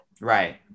Right